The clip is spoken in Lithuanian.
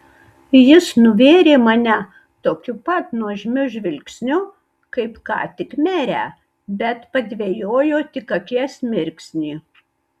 jis nuvėrė mane tokiu pat nuožmiu žvilgsniu kaip ką tik merę bet padvejojo tik akies mirksnį